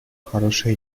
хорошие